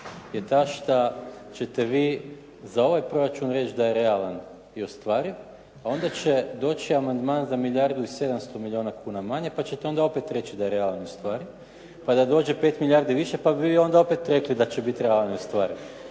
je ta šta ćete vi za ovaj proračun reći da je realan i ostvariv, a onda će doći amandman za milijardu i 700 milijuna kuna manje, pa ćete onda opet reći da je realno ostvariv. Kada dođe 5 milijardi više pa bi vi onda opet rekli da će biti realno ostvariv.